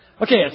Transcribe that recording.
Okay